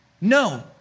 No